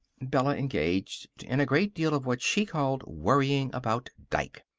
bella engaged in a great deal of what she called worrying about dike.